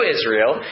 Israel